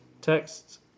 texts